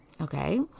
Okay